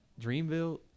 Dreamville